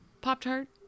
Pop-Tart